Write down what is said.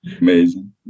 Amazing